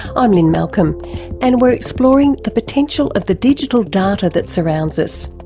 i'm lynne malcolm and we're exploring the potential of the digital data that surrounds us,